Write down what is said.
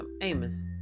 Amos